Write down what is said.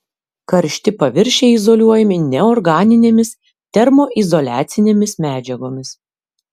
karšti paviršiai izoliuojami neorganinėmis termoizoliacinėmis medžiagomis